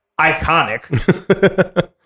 iconic